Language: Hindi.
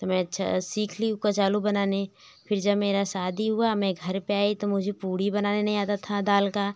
तो मैं अच्छा सीख ली उ कच्चा आलू बनाने फिर जब मेरा शादी हुआ मैं घर पे आई तो मुझे पूड़ी बनाने नहीं आता था दाल का